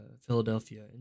Philadelphia